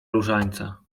różańca